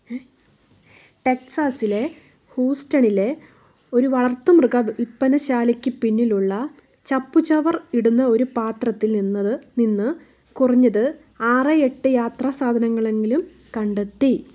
ടെക്സാസിലെ ഹൂസ്റ്റണിലെ ഒരു വളർത്തുമൃഗ വിൽപ്പനശാലയ്ക്ക് പിന്നിലുള്ള ചപ്പുചവർ ഇടുന്ന ഒരു പാത്രത്തിൽ നിന്നത് നിന്ന് കുറഞ്ഞത് ആറ് എട്ട് യാത്രാസാധനങ്ങളെങ്കിലും കണ്ടെത്തി